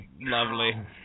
lovely